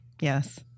yes